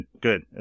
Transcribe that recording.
good